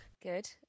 Good